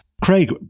craig